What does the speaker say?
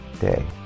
day